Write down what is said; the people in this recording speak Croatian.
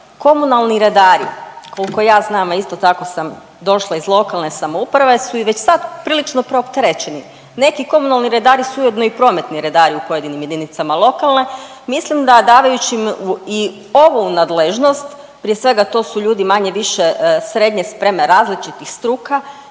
Komunalni redari koliko ja znam, a isto tako sam došla iz lokalne samouprave su i već sad prilično preopterećeni. Neki komunalni redari su ujedno i prometni redari u pojedinim jedinicama lokalne. Mislim da dajući im i ovo u nadležnost, prije svega to su ljudi manje-više srednje spreme različitih struka.